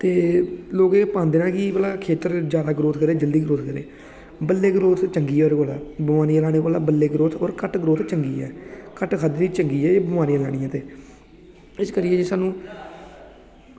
ते लोक एह् पांदे न की भला खेत्तर जादै ग्रोथ करै जल्दी करै बल्लें ग्रोथ चंगी ऐ एह्दे कोला बमारियां लाने कोला घट्ट ग्रोथ बल्लें ग्रोथ चंगी ऐ घट्ट खाद्धी दी चंगी आ बमारियां लानै कोला किश करियै सानूं